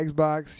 Xbox